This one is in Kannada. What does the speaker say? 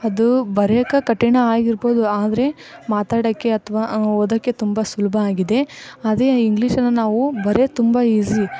ಅದು ಬರೆಯಕ್ಕೆ ಕಠಿಣ ಆಗಿರ್ಬೋದು ಆದರೆ ಮಾತಾಡೋಕ್ಕೆ ಅಥವಾ ಓದೋಕ್ಕೆ ತುಂಬ ಸುಲಭ ಆಗಿದೆ ಅದೇ ಇಂಗ್ಲೀಷನ್ನು ನಾವು ಬರ್ಯೋಕ್ಕೆ ತುಂಬ ಈಝಿ